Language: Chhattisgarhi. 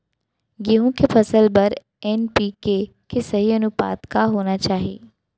गेहूँ के फसल बर एन.पी.के के सही अनुपात का होना चाही?